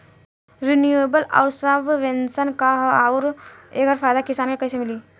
Renewable आउर subvention का ह आउर एकर फायदा किसान के कइसे मिली?